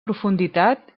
profunditat